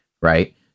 right